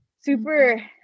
super